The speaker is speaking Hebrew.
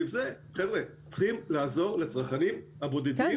חבר'ה, צריכים לעזור לצרכנים הבודדים.